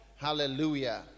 Hallelujah